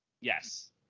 Yes